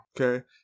Okay